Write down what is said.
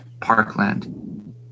parkland